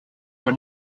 were